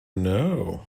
know